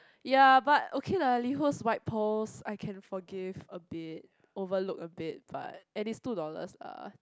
ya but okay lah Liho's white balls I can forgive a bit overlook a bit but and it's two dollars lah